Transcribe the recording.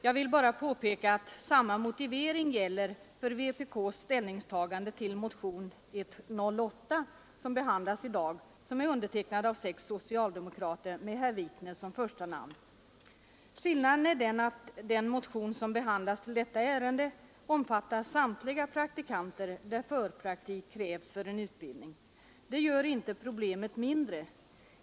Jag vill bara påpeka att samma motivering gäller för vpk:s ställningstagande till motionen 108, som behandlas i dag och som är undertecknad av sex socialdemokrater med herr Wikner som första namn. Skillnaden är att den motion som behandlas vid detta ärende omfattar samtliga praktikanter i fråga om vilka förpraktik krävs för en utbildning. Det gör inte problemet mindre.